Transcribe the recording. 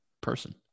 person